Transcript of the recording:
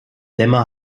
lemma